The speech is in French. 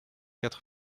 quatre